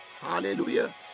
Hallelujah